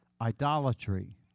idolatry